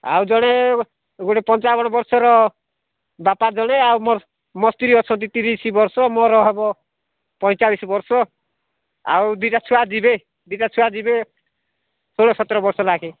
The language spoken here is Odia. ଆଉ ଜଣେ ଗୋଟେ ପଞ୍ଚାବନ ବର୍ଷର ବାପା ଜଣେ ଆଉ ମୋର ମୋ ସ୍ତ୍ରୀ ଅଛନ୍ତି ତିରିଶ ବର୍ଷ ମୋର ହେବ ପଞ୍ଚଚାଳିଶ ବର୍ଷ ଆଉ ଦୁଇଟା ଛୁଆ ଯିବେ ଦୁଇଟା ଛୁଆ ଯିବେ ଷୋହଳ ସତର ବର୍ଷ ଲେଖାଏଁ